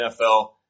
NFL